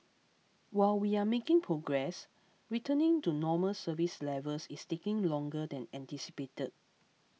while we are making progress returning to normal service levels is taking longer than anticipated